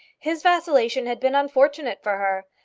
his vacillation had been unfortunate for her,